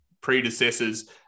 predecessors